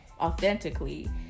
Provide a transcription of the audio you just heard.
authentically